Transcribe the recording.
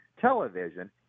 television